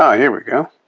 yeah here we go.